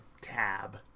tab